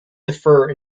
defer